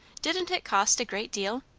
didn't it cost a great deal?